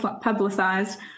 publicized